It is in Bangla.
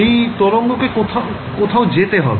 এই তরঙ্গ কে কোথাও যেতে হবে